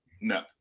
No